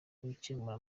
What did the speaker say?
gukemura